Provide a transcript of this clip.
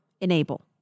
enable